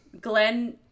Glenn